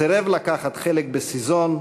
סירב לקחת חלק ב"סזון",